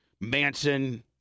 Manson